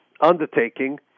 undertaking